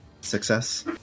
Success